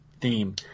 theme